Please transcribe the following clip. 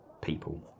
people